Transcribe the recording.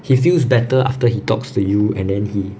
he feels better after he talks to you and then he